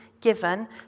given